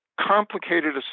complicated